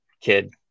kid